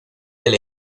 del